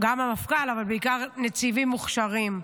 גם המפכ"ל, אבל בעיקר ניצבים מוכשרים.